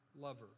lover